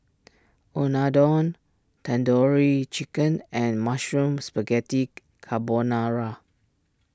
Unadon Tandoori Chicken and Mushroom Spaghetti Carbonara